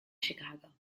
chicago